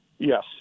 Yes